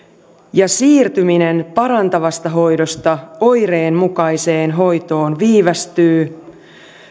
ja siirtyminen parantavasta hoidosta oireenmukaiseen hoitoon viivästyy